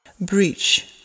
Breach